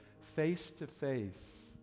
face-to-face